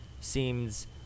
seems